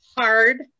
hard